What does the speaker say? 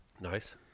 Nice